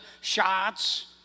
shots